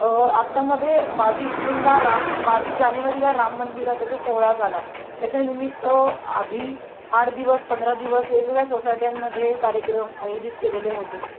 आत्तामध्ये बावीस जूनला राम बावीस जानेवारीला राम मंदिराचा जो सोहळा झाला त्याच्यानिमित्त आधी आठ दिवस पंधरा दिवस वेगवेगळ्या सोसायट्यांमध्ये कार्यक्रम आयोजित केलेले होते